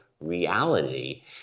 reality